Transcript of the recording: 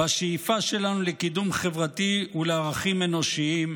בשאיפה שלנו לקידום חברתי ולערכים אנושיים.